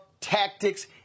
tactics